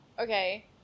okay